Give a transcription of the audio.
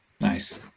Nice